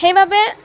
সেইবাবে